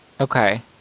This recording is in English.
okay